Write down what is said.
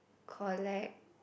collect